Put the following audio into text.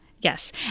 Yes